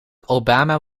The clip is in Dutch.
obama